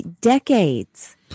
decades